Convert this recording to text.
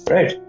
Right